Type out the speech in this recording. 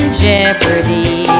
jeopardy